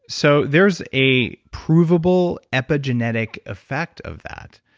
so there's a provable epigenetic effect of that.